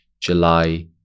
July